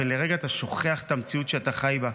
ולרגע אתה שוכח את המציאות שאתה חי בה.